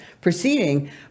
proceeding